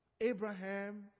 Abraham